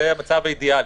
זה המצב האידיאלי.